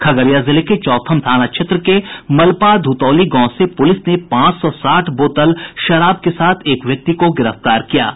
खगड़िया जिले के चौथम थाना क्षेत्र के मलपाधुतौली गांव से पुलिस ने पांच सौ साठ बोतल विदेशी शराब के साथ एक व्यक्ति को गिरफ्तार किया है